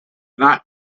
not